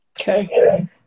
Okay